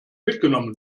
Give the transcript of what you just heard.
mitgenommen